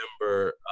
remember